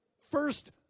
First